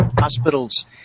Hospitals